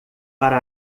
para